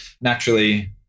naturally